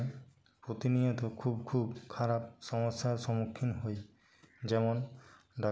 hello হ্যাঁ আমি সুব্রত পান বলছি বলছি আপনার ওই রুচিতম দোকানটিতে কি